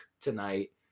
tonight